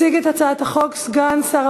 חבר הכנסת אוחיון מוסיף את שמו.